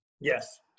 Yes